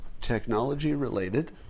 technology-related